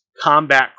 Combat